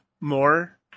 more